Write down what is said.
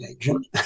agent